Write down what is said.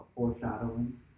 foreshadowing